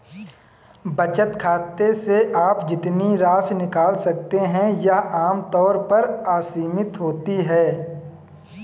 बचत खाते से आप जितनी राशि निकाल सकते हैं वह आम तौर पर असीमित होती है